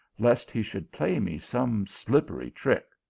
lest he should play me some slippery trick.